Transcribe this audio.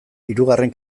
hirugarren